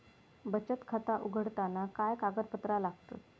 बचत खाता उघडताना काय कागदपत्रा लागतत?